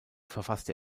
verfasste